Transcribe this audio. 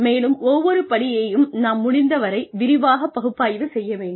மேலும் ஒவ்வொரு படியையும் நாம் முடிந்தவரை விரிவாகப் பகுப்பாய்வு செய்ய வேண்டும்